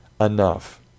enough